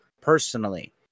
personally